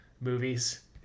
movies